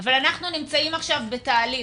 אבל אנחנו נמצאים עכשיו בתהליך,